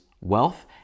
wealth